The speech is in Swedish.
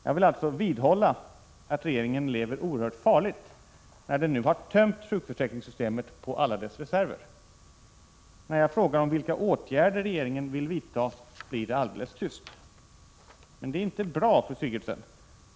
Jag vill alltså vidhålla att regeringen lever oerhört farligt när den nu har tömt sjukförsäkringssystemet på alla dess reserver. När jag frågar vilka åtgärder regeringen vill vidta blir det alldeles tyst. Men det är inte bra, fru Sigurdsen.